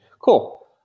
Cool